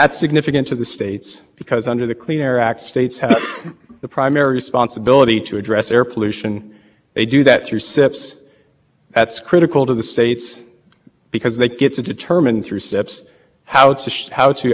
that's critical to the states because they get to determine through steps how to show how to allocate the burden on their sources and if e p a comes in and imposes fips it bypasses that important protection of the clean